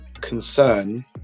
concern